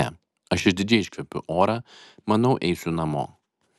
ne aš šaižiai iškvepiu orą manau eisiu namo